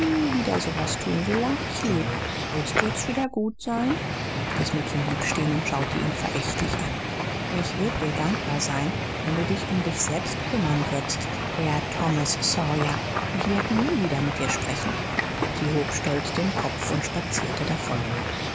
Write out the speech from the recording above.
wieder so was tun so lang ich leb willst du jetzt wieder gut sein das mädchen blieb stehen und schaute ihn verächtlich an ich würd dir dankbar sein wenn du dich um dich selbst kümmern würdst herr thomas sawyer ich werd nie wieder mit dir sprechen sie hob stolz den kopf und spazierte davon